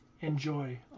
enjoy